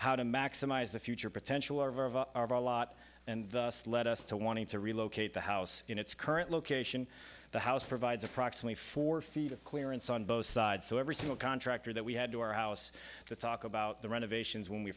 how to maximize the future potential of a lot and thus led us to wanting to relocate the house in its current location the house provides approximately four feet of clearance on both sides so every single contractor that we had to our house to talk about the renovations when we